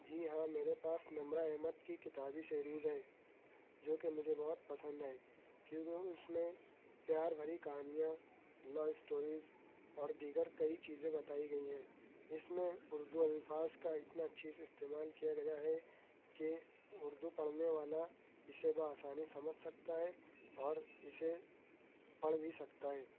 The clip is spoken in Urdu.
جی ہاں میرے پاس نمرا احمد کی کتابی سیریز ہے جو کہ مجھے بہت پسند آئی کیونکہ اُس میں پیار بھری کہانیاں لو اِسٹوریز اور دِیگر کئی چیزیں بتائی گئی ہیں اس میں اُردو الفاظ کا اتنا چیز استعمال کیا گیا ہے کہ اُردو پڑھنے والا اِسے بہ آسانی سمجھ سکتا ہے اور اِسے پڑھ بھی سکتا ہے